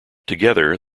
together